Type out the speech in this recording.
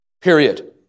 period